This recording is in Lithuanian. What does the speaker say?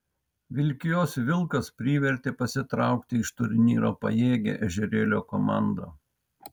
vilkijos vilkas privertė pasitraukti iš turnyro pajėgią ežerėlio komandą